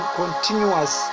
continuous